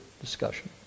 discussion